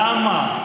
למה?